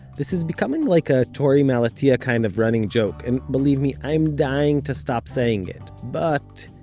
this is becoming like a torey malatia kind of running joke, and believe me, i'm dying to stop saying it, but,